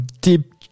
deep